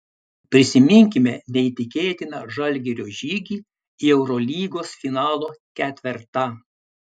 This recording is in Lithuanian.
prisiminkime neįtikėtiną žalgirio žygį į eurolygos finalo ketvertą